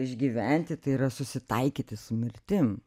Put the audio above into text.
išgyventi tai yra susitaikyti su mirtim